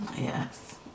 Yes